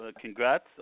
congrats